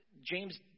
James